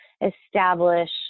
establish